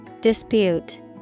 Dispute